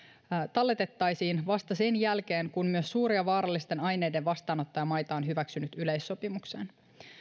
tallennettaisiin vasta sen jälkeen kun myös suuria vaarallisten aineiden vastaanottajamaita on hyväksynyt yleissopimuksen